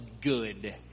good